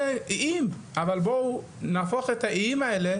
אבל בואו נהפוך את האי האלה,